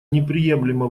неприемлемо